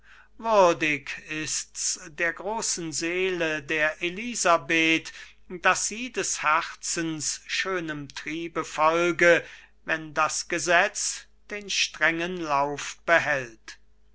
würdig ist's der großen seele der elisabeth daß sie des herzens schönem triebe folge wenn das gesetz den strengen lauf behält